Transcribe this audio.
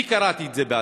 אני קראתי את זה בעצמי.